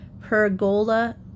Pergola